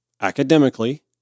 academically